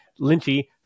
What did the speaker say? lynchy